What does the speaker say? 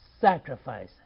sacrifice